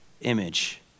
image